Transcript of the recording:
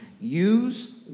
Use